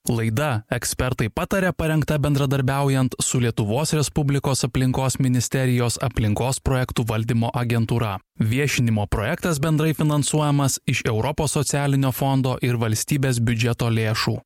laida ekspertai pataria parengta bendradarbiaujant su lietuvos respublikos aplinkos ministerijos aplinkos projektų valdymo agentūra viešinimo projektas bendrai finansuojamas iš europos socialinio fondo ir valstybės biudžeto lėšų